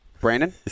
Brandon